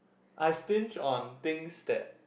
I stinge on things that